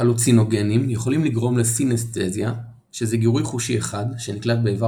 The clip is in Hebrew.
הלוצינוגנים יכולים לגרום ל Synestheisia שזה גירוי חושי אחד שנקלט באיבר